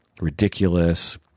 ridiculous